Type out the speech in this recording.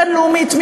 בין-לאומית,